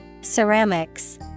Ceramics